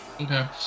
Okay